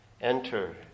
Enter